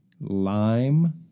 lime